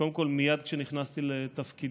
קודם כול, מייד כשנכנסתי לתפקידי,